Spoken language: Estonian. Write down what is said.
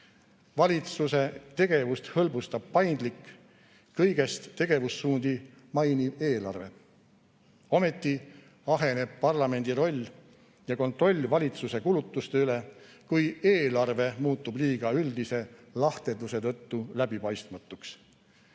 valitsuse tegevust hõlbustab paindlik, kõigest tegevussuundi mainiv eelarve. Ometi aheneb parlamendi roll ja kontroll valitsuse kulutuste üle, kui eelarve muutub liiga üldise lahterduse tõttu läbipaistmatuks.